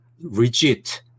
rigid